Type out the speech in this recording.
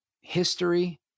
history